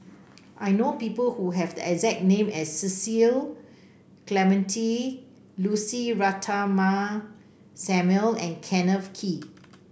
I know people who have the exact name as Cecil Clementi Lucy Ratnammah Samuel and Kenneth Kee